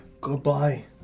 Goodbye